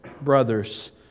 brothers